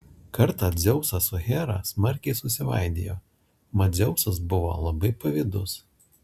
kartą dzeusas su hera smarkiai susivaidijo mat dzeusas buvo labai pavydus